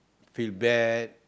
feel bad